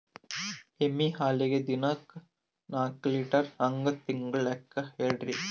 ಎಮ್ಮಿ ಹಾಲಿಗಿ ದಿನಕ್ಕ ನಾಕ ಲೀಟರ್ ಹಂಗ ತಿಂಗಳ ಲೆಕ್ಕ ಹೇಳ್ರಿ?